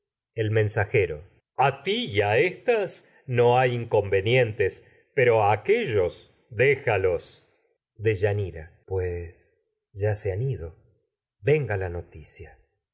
el mensajero a ti y a éstas no hay inconvenien te pero a aquéllos déjalos deyanira pues ya se han ido venga la noticia